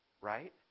Right